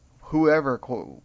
whoever